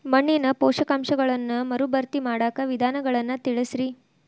ಮಣ್ಣಿನ ಪೋಷಕಾಂಶಗಳನ್ನ ಮರುಭರ್ತಿ ಮಾಡಾಕ ವಿಧಾನಗಳನ್ನ ತಿಳಸ್ರಿ